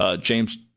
James